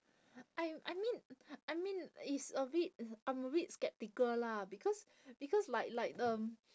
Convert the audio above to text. I I mean I mean it's a bit uh I'm a bit skeptical lah because because like like um